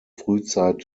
frühzeit